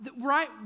right